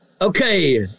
Okay